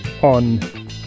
on